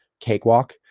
cakewalk